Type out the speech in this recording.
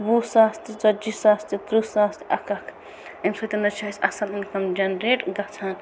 وُہ ساس تہِ ژتجی ساس تہِ ترہ ساس تہِ اَکھ اَکھ امہِ سٕتۍ حظ چھِ اسہِ اَصٕل اِنکم جنریٹ گَژھان